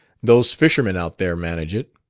those fishermen out there manage it.